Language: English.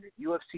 UFC